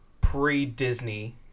pre-Disney